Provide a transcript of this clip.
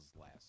last